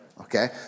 okay